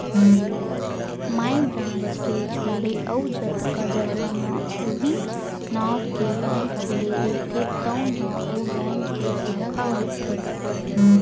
माई branch के छोड़े अउ जतका जघा म उहींच नांव के बेंक खुले रहिथे तउन ह ओ बेंक के साखा होथे